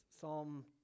Psalm